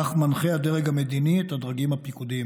כך מנחה הדרג המדיני את הדרגים הפיקודיים.